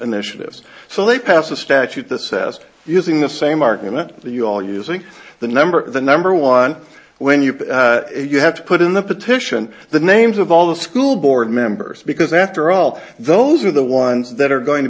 initiatives so they pass a statute that says using the same argument that you all using the number the number one when you you have to put in the petition the names of all the school board members because after all those are the ones that are going to